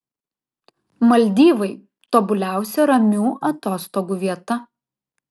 maldyvai tobuliausia ramių atostogų vieta